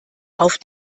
auf